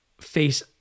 face